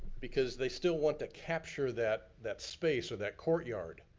because they still want to capture that that space or that courtyard.